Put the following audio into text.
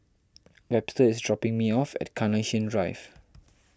Webster is dropping me off at Carnation Drive